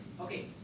Okay